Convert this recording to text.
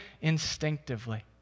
instinctively